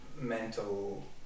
mental